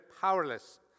powerless